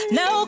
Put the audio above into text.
no